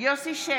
יוסף שיין,